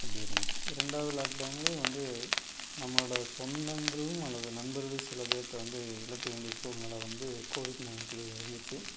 அப்படி இருந்துச்சு ரெண்டாவது லாக் டவுன்லேயும் வந்து நம்மளோட சொந்தங்களும் அல்லது நண்பர்களின் சில பேருத்த வந்து இழக்க வேண்டிய சூழ்நில வந்து கோவிட் நைன்ட்டில் இருந்துச்சு